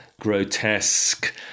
grotesque